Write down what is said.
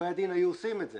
עורכי הדין היו עושים את זה.